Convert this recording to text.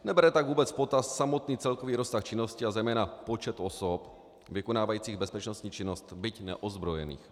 Nebere tak vůbec v potaz samotný celkový rozsah činnosti a zejména počet osob vykonávajících bezpečnostní činnost, byť neozbrojených.